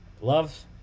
Love